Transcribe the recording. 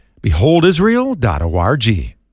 beholdisrael.org